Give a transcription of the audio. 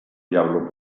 diablo